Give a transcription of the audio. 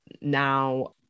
now